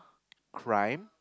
crime